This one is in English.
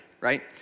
right